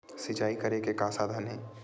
सिंचाई करे के का साधन हे?